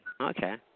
Okay